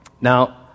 Now